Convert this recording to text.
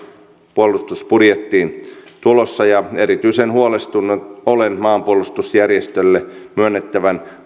puolustusbudjettiin on tulossa ja erityisen huolestunut olen maanpuolustusjärjestöille myönnettävään